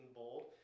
bold